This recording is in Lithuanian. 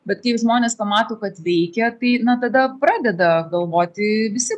bet kai žmonės pamato kad veikia tai na tada pradeda galvoti visi